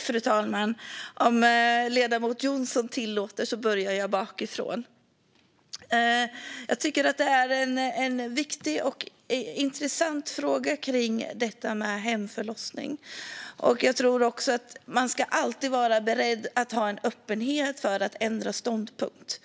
Fru talman! Om ledamoten Jonsson tillåter börjar jag bakifrån. Jag tycker att det är en viktig och intressant fråga kring detta med hemabort. Jag tror också att man alltid ska vara öppen för att ändra ståndpunkt,